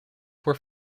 were